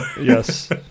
Yes